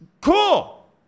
Cool